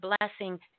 blessing